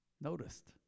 Noticed